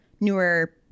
newer